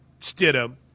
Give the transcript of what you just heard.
Stidham